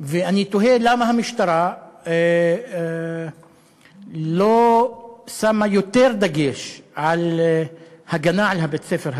ואני תוהה למה המשטרה לא שמה יותר דגש על הגנה על בית-הספר הזה,